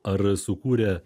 ar sukūrė